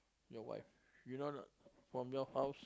your wife you know a not from your house